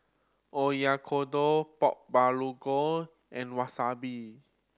Oyakodon Pork Bulgogi and Wasabi